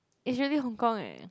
is really Hong-Kong eh